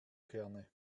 kerne